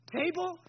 table